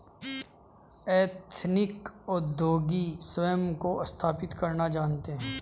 ethnic उद्योगी स्वयं को स्थापित करना जानते हैं